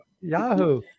yahoo